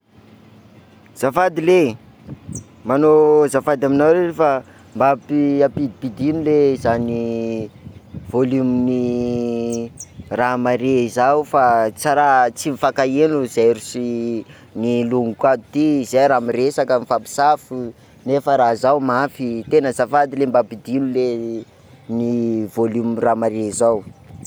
Azafady ley, manao azafady aminao ley, mba hampi- hampidimpidino ley zany volumen'ny raha mare zao fa tsa raha- tsy mifankaheno zay sy- ny longoko ato ty, zay raha miresaka, mifampisafa, nefa raha zao mafy, tena azafady ley mba ampidino ley ny volume raha mare zao.